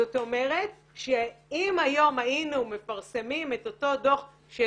זאת אומרת שאם היום היינו מפרסמים את אותו דוח של